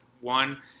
One